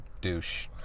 douche